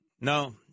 No